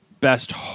best